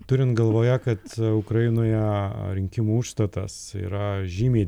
turint galvoje kad ukrainoje rinkimų užstatas yra žymiai